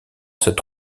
cette